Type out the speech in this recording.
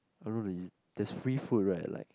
I don't know there's there is free food right like